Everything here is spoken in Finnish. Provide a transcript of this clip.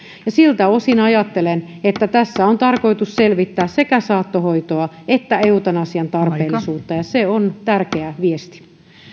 siltä osin ajattelen että tässä on tarkoitus selvittää sekä saattohoitoa että eutanasian tarpeellisuutta ja se on tärkeä viesti